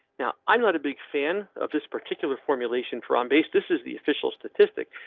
now i'm not a big fan of this particular formulation for on base, this is the official statistic,